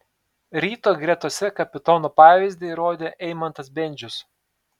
ryto gretose kapitono pavyzdį rodė eimantas bendžius